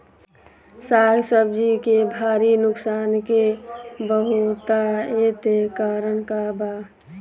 साग सब्जी के भारी नुकसान के बहुतायत कारण का बा?